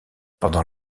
pendant